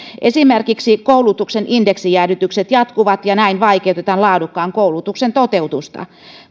esimerkiksi koulutuksen indeksijäädytykset jatkuvat ja näin vaikeutetaan laadukkaan koulutuksen toteutusta